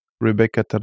Rebecca